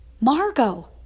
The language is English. Margot